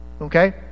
Okay